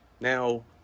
Now